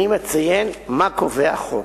אני מציין מה קובע החוק.